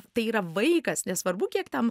tai yra vaikas nesvarbu kiek tam